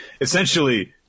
Essentially